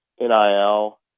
NIL